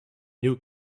new